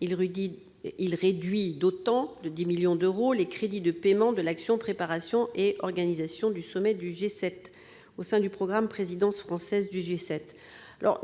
à réduire d'autant les crédits de paiement de l'action « Préparation et organisation du sommet du G7 » au sein du programme « Présidence française du G7 ».